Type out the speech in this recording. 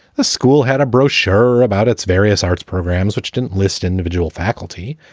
the school had a brochure about its various arts programs which didn't list individual faculty.